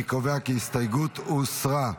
אני קובע כי ההסתייגות הוסרה.